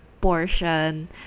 portion